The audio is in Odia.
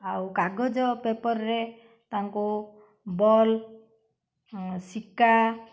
ଆଉ କାଗଜ ପେପରରେ ତାଙ୍କୁ ବଲ୍ ସିକା